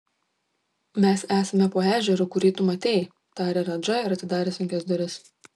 mes esame po ežeru kurį tu matei tarė radža ir atidarė sunkias duris